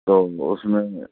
تو اُس میں